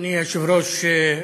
אדוני היושב-ראש,